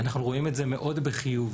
אנחנו רואים את זה מאוד בחיוב.